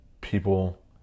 people